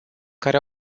care